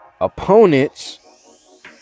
opponents